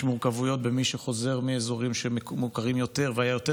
יש מורכבויות במי שחוזר מאזורים שמוכרים יותר והיה יותר